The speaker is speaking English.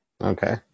Okay